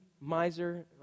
miser